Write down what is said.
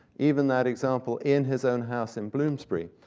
even that example, in his own house in bloomsbury,